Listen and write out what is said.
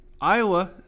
Iowa –